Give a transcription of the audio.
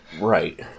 Right